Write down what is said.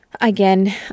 Again